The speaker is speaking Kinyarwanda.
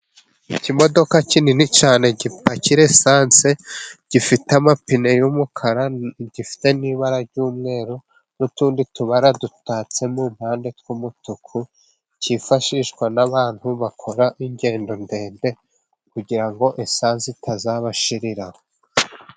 Ikimodoka kinini cyane gipakira esanse gifite amapine y'umukara, gifite n'ibara ry'umweru n'utundi tubara dutatse mu mpande tw'umutuku, cyifashishwa n'abantu bakora ingendo ndende, kugira ngo esanse itazabashiriraho.